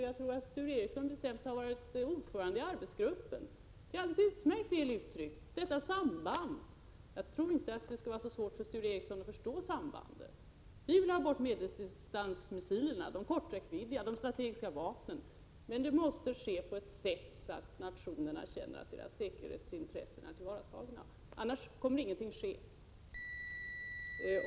Jag tror att Sture Ericson har varit ordförande i arbetsgruppen, och det här sambandet är som sagt utmärkt väl uttryckt. Jag tror inte att det skall vara så svårt för Sture Ericson att förstå sambandet. Vi vill ha bort medeldistansmissilerna, de korträckviddiga missilerna och de strategiska vapnen. Men det måste ske på ett sådant sätt att nationerna känner att deras säkerhetsintressen är tillvaratagna. Annars kommer ingenting att hända.